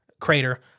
Crater